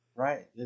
right